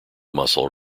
muscle